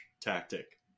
tactic